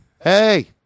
Hey